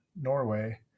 Norway